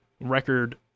record